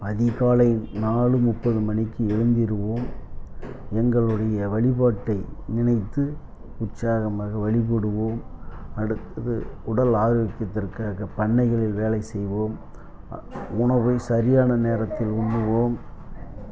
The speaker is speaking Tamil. அதிகாலை நாலு முப்பது மணிக்கு எழுந்திடுவோம் எங்களுடைய வழிபாட்டை நினைத்து உற்சாகமாக வழிபடுவோம் அடுத்தது உடல் ஆரோக்கியத்திற்காக பண்ணைகளில் வேலை செய்வோம் உணவை சரியான நேரத்தில் உண்ணுவோம்